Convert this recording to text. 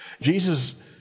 Jesus